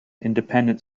independent